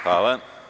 Hvala.